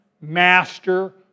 master